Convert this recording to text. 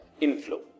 inflow